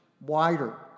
wider